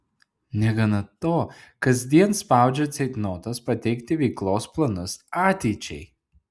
negana to kasdien spaudžia ceitnotas pateikti veiklos planus ateičiai